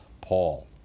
Paul